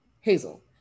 Hazel